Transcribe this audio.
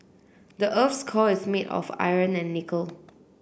the earth's core is made of iron and nickel